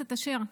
אשר,